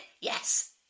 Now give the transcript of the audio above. yes